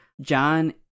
John